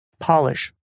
Polish